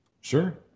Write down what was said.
Sure